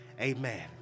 Amen